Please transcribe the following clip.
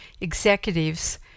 executives